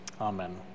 Amen